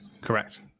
Correct